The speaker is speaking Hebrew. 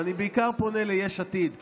ואני בעיקר פונה ליש עתיד,